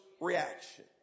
reaction